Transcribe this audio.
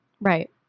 Right